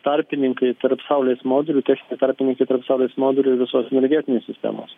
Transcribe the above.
tarpininkai tarp saulės modulių techniniai tarpininkai tarp saulės modulių ir visos energetinės sistemos